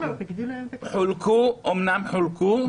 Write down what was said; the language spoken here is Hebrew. אומנם חולקו,